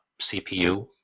cpu